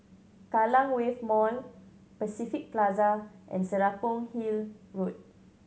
Kallang Wave Mall Pacific Plaza and Serapong Hill Road